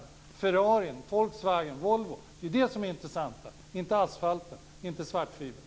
Det är Ferrarin, Volkswagen, Volvon som är intressanta, inte asfalten, dvs. svartfibern.